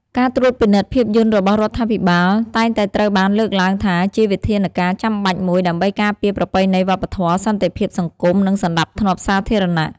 ការត្រួតពិនិត្យភាពយន្តរបស់រដ្ឋាភិបាល តែងតែត្រូវបានលើកឡើងថាជាវិធានការចាំបាច់មួយ ដើម្បីការពារប្រពៃណីវប្បធម៌ សន្តិភាពសង្គម និងសណ្ដាប់ធ្នាប់សាធារណៈ។